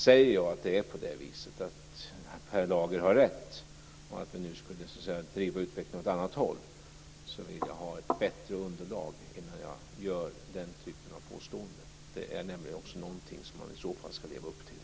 Om jag skulle säga att Per Lager har rätt och att vi nu skulle driva utvecklingen åt ett annat håll vill jag ha ett bättre underlag innan jag gör den typen av påstående. Det är nämligen något som man i så fall ska leva upp till.